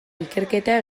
ikerketa